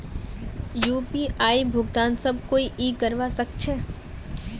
की यु.पी.आई भुगतान सब कोई ई करवा सकछै?